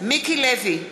מיקי לוי,